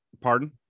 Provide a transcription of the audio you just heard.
pardon